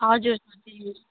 हजुर सर